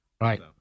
Right